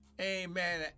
amen